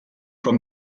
from